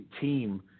team